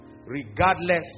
Regardless